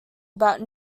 about